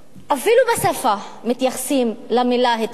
אפילו בשפה מתייחסים למלה התיישבות,